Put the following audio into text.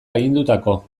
agindutako